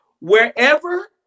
Wherever